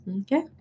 Okay